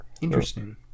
interesting